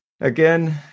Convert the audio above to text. again